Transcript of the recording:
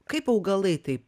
kaip augalai tai